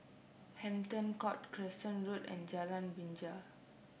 Hampton Court Crescent Road and Jalan Binja